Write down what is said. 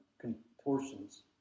contortions